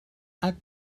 add